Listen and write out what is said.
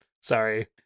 sorry